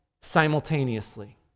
simultaneously